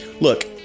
Look